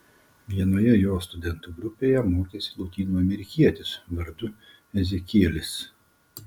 vienoje jo studentų grupėje mokėsi lotynų amerikietis vardu ezekielis